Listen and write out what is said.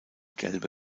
gelbe